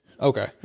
Okay